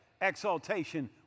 exaltation